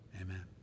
amen